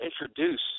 introduce